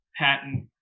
patent